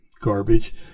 garbage